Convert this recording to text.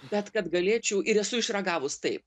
bet kad galėčiau ir esu išragavus taip